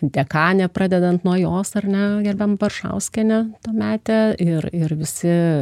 dekanė pradedant nuo jos ar ne gerbiama baršauskiene tuometė ir ir visi